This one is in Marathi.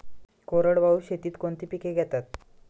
कोरडवाहू शेतीत कोणती पिके घेतात?